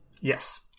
Yes